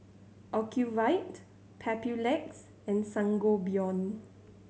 Ocuvite Papulex and Sangobion